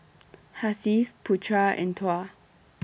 Hasif Putra and Tuah